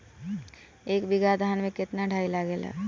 एक बीगहा धान में केतना डाई लागेला?